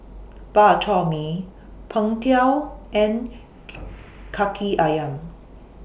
Bak Chor Mee Png Tao and Kaki Ayam